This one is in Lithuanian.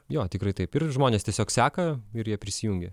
jo tikrai taip ir žmonės tiesiog seka ir jie prisijungia